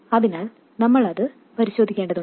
അതിനാൽ നമ്മൾ അതും പരിശോധിക്കേണ്ടതുണ്ട്